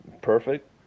perfect